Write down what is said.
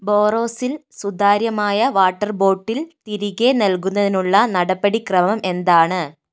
ബോറോസിൽ സുതാര്യമായ water bottle തിരികെ നൽകുന്നതിനുള്ള നടപടിക്രമം എന്താണ്